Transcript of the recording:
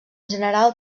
general